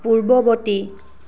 পূৰ্বৱৰ্তী